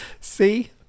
see